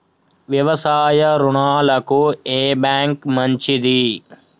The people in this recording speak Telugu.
వ్యవసాయ రుణాలకు ఏ బ్యాంక్ మంచిది?